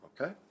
Okay